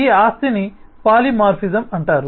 ఈ ఆస్తిని పాలిమార్ఫిజం అంటారు